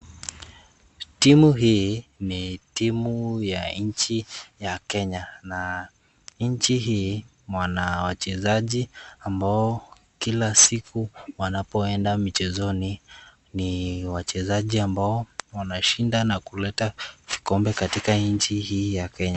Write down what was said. Timu hii ni timu ya nchi ya Kenya na nchi hii wana wachezaji ambao kila siku wanapoenda michezoni ni wachezaji ambao wanashindana kuleta vikombe katika nchi hii ya Kenya.